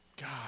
God